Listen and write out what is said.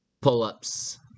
pull-ups